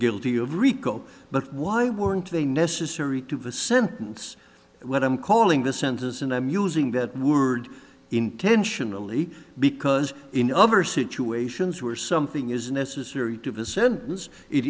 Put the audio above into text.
guilty of rico but why weren't they necessary to the sentence what i'm calling the sentence and i'm using that word intentionally because in other situations where something is necessary